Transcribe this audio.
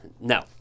no